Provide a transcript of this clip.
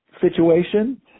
situation